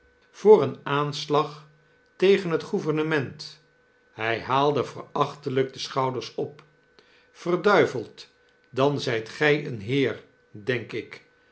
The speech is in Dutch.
voor een aanslag tegen het gouvernement hii haalde verachtelijk de schouders op verduiveld dan zjjt gy een heer denkik